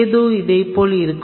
ஏதோ இதைபோல் இருக்கும்